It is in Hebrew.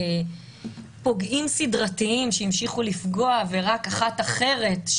פוגעים סדרתיים שהמשיכו לפגוע ורק אחת אחרת,